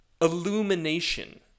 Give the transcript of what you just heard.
Illumination